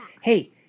Hey